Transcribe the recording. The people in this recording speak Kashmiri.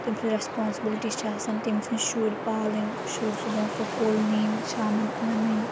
تٔمۍ سٕنٛز ریسپانسبلٹی چھِ آسَان تٔمۍ سٕنٛز شُرۍ پالٕنۍ شُرۍ صُبحن سکوٗل نِنۍ شامَن اَنٕنۍ